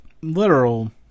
literal